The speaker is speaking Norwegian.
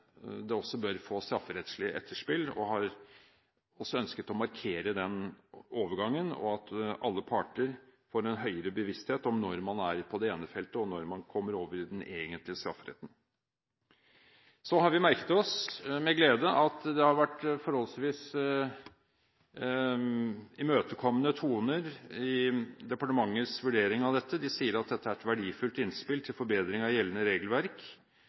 det også bør få strafferettslig etterspill. Vi har også ønsket å markere den overgangen og at alle parter får en høyere bevissthet om når man er på det ene feltet, og når man kommer over i den egentlige strafferetten. Vi har med glede merket oss at det har vært forholdsvis imøtekommende toner i departementets vurdering av dette. De sier at dette er et «verdifullt innspill til forbedringer av gjeldende regelverk»,